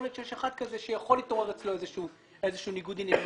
יכול להיות שיש אחד כזה שיכול להתעורר אצלו איזשהו ניגוד עניינים.